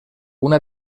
una